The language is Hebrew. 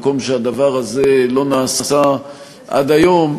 מקום שהדבר הזה לא נעשה עד היום,